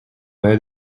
head